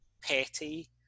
petty